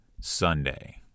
Sunday